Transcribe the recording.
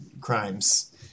Crimes